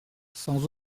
sans